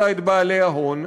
אלא את בעלי ההון.